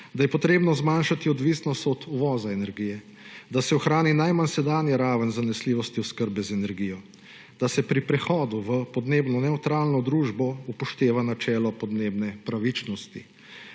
da je potrebno zmanjšati odvisnost od uvoza energije, da se ohrani najmanj sedanja raven zanesljivosti oskrbe z energijo, da se pri prehodu v podnebno nevtralno družbo upošteva načelo podnebne pravičnosti.